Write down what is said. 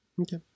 Okay